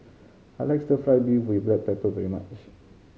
I like Stir Fry beef with black pepper very much